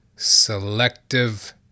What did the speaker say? selective